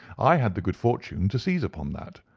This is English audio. i had the good fortune to seize upon that,